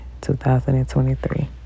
2023